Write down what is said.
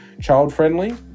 child-friendly